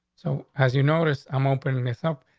so as you noticed, i'm opening this up,